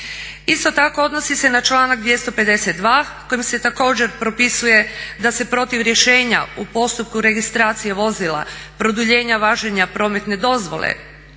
Isto tako odnosi se i na članak 252. kojim se također propisuje da se protiv rješenja u postupku registracije vozila, produljenja važenja prometne dozvole,